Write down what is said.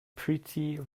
pretty